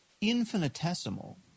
infinitesimal